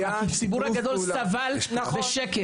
הציבור הגדול סבל בשקט.